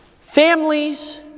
families